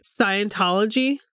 Scientology